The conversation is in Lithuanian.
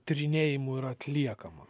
tyrinėjimų yra atliekama